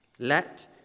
Let